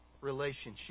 relationship